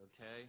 Okay